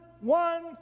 one